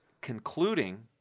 concluding